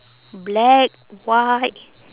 black white